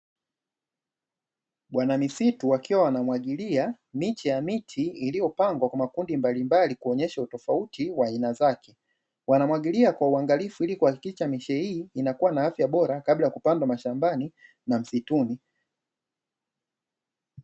Bwana misitu wakiwa wanamwagilia miche ya miti iliyopandwa kwa makundi mbalimbali kuonyesha utofauti wa aina zake, wanamwagilia kwa uangalifu ili kuhakikisha miche hii inakuwa na afya bora kabla ya kupandwa mashambani na msituni.